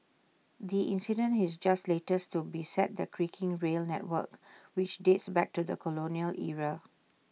the incident is just latest to beset the creaking rail network which dates back to the colonial era